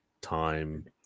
time